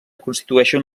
constitueixen